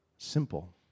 simple